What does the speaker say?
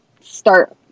start